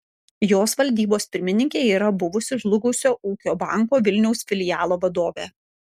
jos valdybos pirmininkė yra buvusi žlugusio ūkio banko vilniaus filialo vadovė